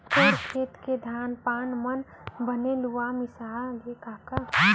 तोर खेत के धान पान मन बने लुवा मिसागे कका?